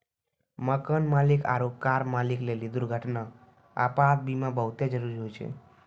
मकान मालिक आरु कार मालिक लेली दुर्घटना, आपात बीमा बहुते जरुरी होय छै